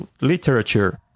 literature